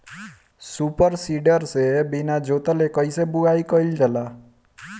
Super seeder से बीना जोतले कईसे बुआई कयिल जाला?